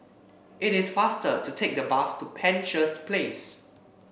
it is faster to take a bus to Penshurst Place